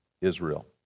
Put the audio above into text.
Israel